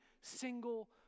single